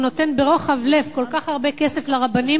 והוא נותן ברוחב לב כל כך הרבה כסף לרבנים,